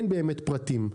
אין באמת פרטים.